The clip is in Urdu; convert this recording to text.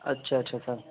اچھا اچھا اچھا